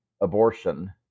abortion